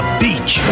beach